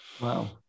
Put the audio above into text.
Wow